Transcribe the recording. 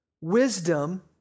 wisdom